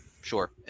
Sure